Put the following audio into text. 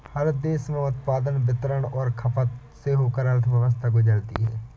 हर देश में उत्पादन वितरण और खपत से होकर अर्थव्यवस्था गुजरती है